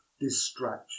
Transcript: distraction